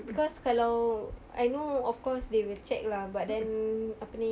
because kalau I know of course they will check lah but then apa ni